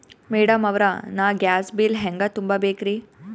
Madam ಅವ್ರ, ನಾ gas bill ಹೆಂಗ ತುಂಬಾ ಬೇಕ್ರಿ?